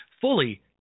Fully